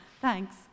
Thanks